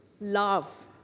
love